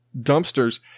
dumpsters